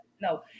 No